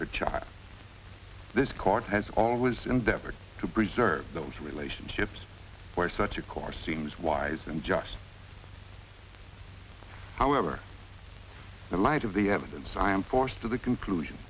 her child this court has always endeavored to preserve those relationships for such a course seems wise and just however in light of the evidence i am forced to the conclusion